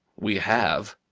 we have.